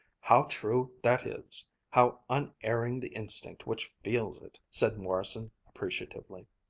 how true that is how unerring the instinct which feels it! said morrison appreciatively.